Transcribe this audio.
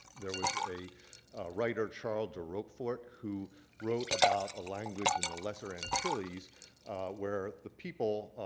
there was a writer, charles de rochefort, who wrote about a language in the lesser antilles where the people,